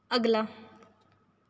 ਅਗਲਾ